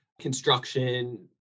construction